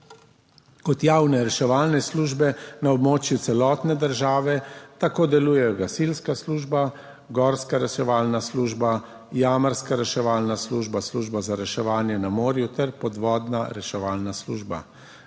Kot javne reševalne službe na območju celotne države tako delujejo gasilska služba, gorska reševalna služba, jamarska reševalna služba, služba za reševanje na morju ter podvodna reševalna služba.